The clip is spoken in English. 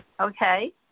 Okay